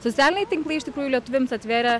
socialiniai tinklai iš tikrųjų lietuviams atvėrė